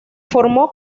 formó